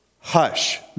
Hush